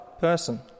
person